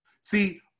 See